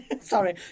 sorry